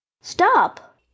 Stop